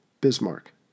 Bismarck